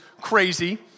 crazy